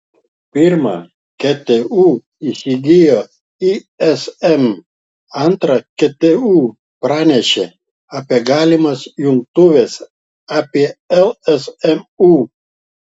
pirma ktu įsigijo ism antra ktu pranešė apie galimas jungtuves apie lsmu